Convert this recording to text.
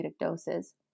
doses